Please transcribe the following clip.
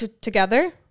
Together